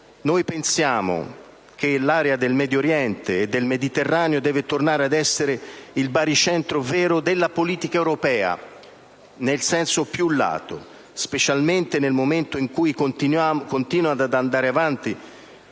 Noi pensiamo che l'area del Medio Oriente e del Mediterraneo debba tornare ad essere il baricentro vero della politica europea, nel senso più lato. Specialmente nel momento in cui continuano ad andare avanti